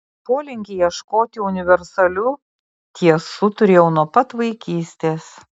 polinkį ieškoti universalių tiesų turėjau nuo pat vaikystės